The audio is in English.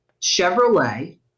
Chevrolet